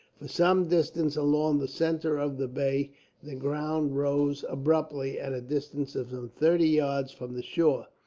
for some distance along the centre of the bay the ground rose abruptly, at a distance of some thirty yards from the shore,